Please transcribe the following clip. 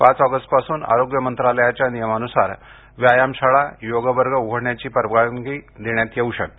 पाच ऑगस्टपासून आरोग्य मंत्रालयांच्या नियमांनुसार व्यायामशाळा योग वर्ग उघडण्याची परवानगी देण्यात येऊ शकते